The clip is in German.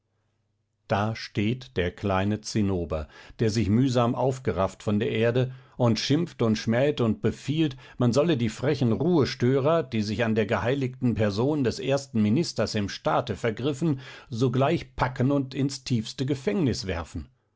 da steht der kleine zinnober der sich mühsam aufgerafft von der erde und schimpft und schmält und befiehlt man solle die frechen ruhestörer die sich an der geheiligten person des ersten ministers im staate vergriffen sogleich packen und ins tiefste gefängnis werfen